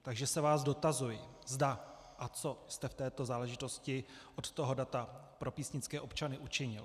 Takže se vás dotazuji, zda a co jste v této záležitosti od toho data pro písnické občany učinil.